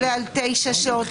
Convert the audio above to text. עולה על תשע שעות,